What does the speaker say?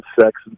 sex